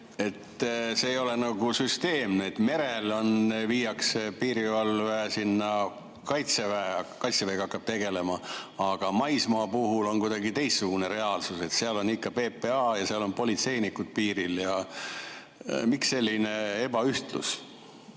see ei ole nagu süsteemne, merel viiakse piirivalve sinna Kaitseväe alla, Kaitsevägi hakkab tegelema. Aga maismaa puhul on kuidagi teistsugune reaalsus, seal on ikka PPA ja seal on politseinikud piiril. Miks selline ebaühtlus?